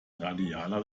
radialer